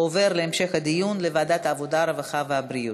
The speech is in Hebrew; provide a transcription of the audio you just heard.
עובר להמשך הדיון לוועדת העבודה, הרווחה והבריאות.